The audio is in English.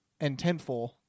intentful